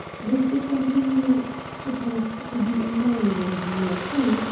the sick engineer is supposed to be a mining engineer who,